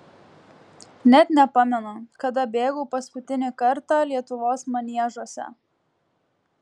net nepamenu kada bėgau paskutinį kartą lietuvos maniežuose